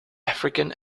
african